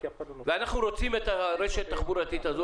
אנחנו רוצים את הרשת התחבורתית הזאת,